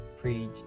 preach